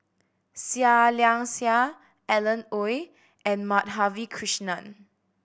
Seah Liang Seah Alan Oei and Madhavi Krishnan